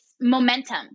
momentum